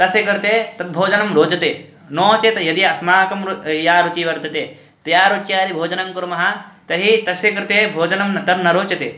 तस्य कृते तद्भोजनं रोचते नो चेत् यदि अस्माकं रुचिः या रुचिः वर्तते तया रुच्या यदि भोजनं कुर्मः तर्हि तस्य कृते भोजनं न तन्न रोचते